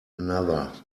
another